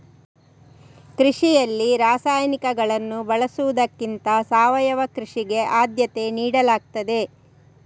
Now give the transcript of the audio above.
ಕೃಷಿಯಲ್ಲಿ ರಾಸಾಯನಿಕಗಳನ್ನು ಬಳಸುವುದಕ್ಕಿಂತ ಸಾವಯವ ಕೃಷಿಗೆ ಆದ್ಯತೆ ನೀಡಲಾಗ್ತದೆ